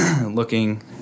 looking